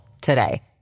today